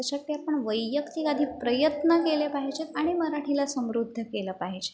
अशक्य पण वैयक्तिक आधी आपण प्रयत्न केले पाहिजेत आणि मराठीला समृद्ध केलं पाहिजे